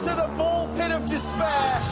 the bullpen of despair.